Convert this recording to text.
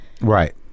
Right